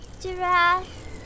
Giraffe